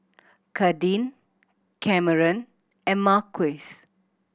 Kadin Cameron and Marquise